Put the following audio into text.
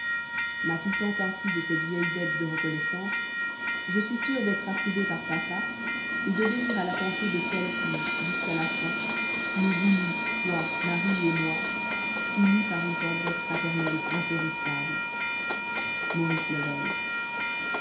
m'acquittant ainsi de cette vieille dette de reconnaissance je suis sûr d'être approuvé par papa et d'obéir à la pensée de celle qui jusqu'à la fin nous voulut marie et moi unis par une tendresse fraternelle impérissable maurice level